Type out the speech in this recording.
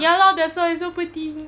ya lor that's why so poor thing